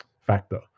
factor